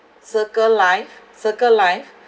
circle life circle life